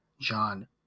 John